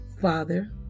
Father